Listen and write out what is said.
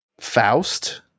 Faust